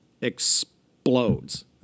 explodes